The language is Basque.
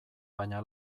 baina